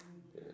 mmhmm